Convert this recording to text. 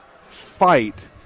fight